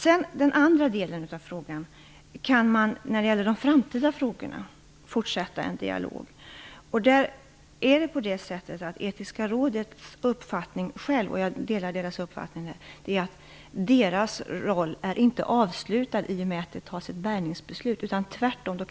När det gäller frågorna om framtiden kan jag säga att vi kommer att fortsätta med en dialog. Etiska rådet har den uppfattningen - och jag delar den - att dess roll inte är avslutad i och med att det har fattats ett beslut angående bärgningen.